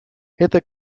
эта